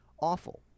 awful